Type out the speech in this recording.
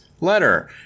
letter